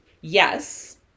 yes